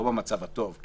לא במצב הטוב.